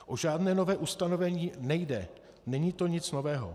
O žádné nové ustanovení nejde, není to nic nového.